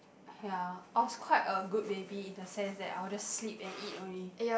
ya I was quite a good baby in the sense that I'll just sleep and eat only